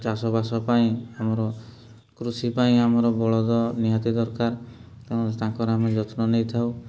ଚାଷବାସ ପାଇଁ ଆମର କୃଷି ପାଇଁ ଆମର ବଳଦ ନିହାତି ଦରକାର ତେଣୁ ତାଙ୍କର ଆମେ ଯତ୍ନ ନେଇଥାଉ